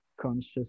conscious